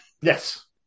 yes